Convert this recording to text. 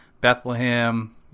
Bethlehem